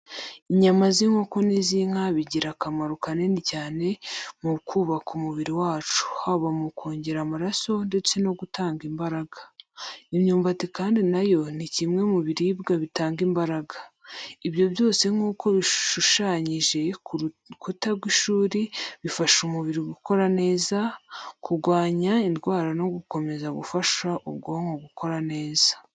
Inyama z’inkoko n’iz’inka bigira akamaro kanini cyane mu kubaka umubiri wacu, haba mu kongera amaraso ndetse no gutanga imbaraga. Imyumbati kandi na yo ni kimwe mu biribwa bitanga imbaraga. Ibyo byose nk'uko bishushanyije ku rukuta rw'ishuri bifasha umubiri gukora neza, kurwanya indwara no gukomeza gufasha ubwonko gukora neza.